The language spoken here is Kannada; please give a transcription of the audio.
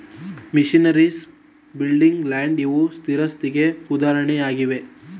ಮಿಷನರೀಸ್, ಬಿಲ್ಡಿಂಗ್, ಲ್ಯಾಂಡ್ ಇವು ಸ್ಥಿರಾಸ್ತಿಗೆ ಉದಾಹರಣೆಯಾಗಿವೆ